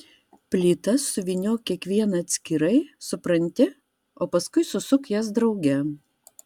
plytas suvyniok kiekvieną atskirai supranti o paskui susuk jas drauge